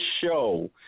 show